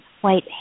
white